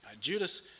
Judas